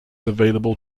available